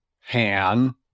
Han